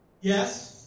Yes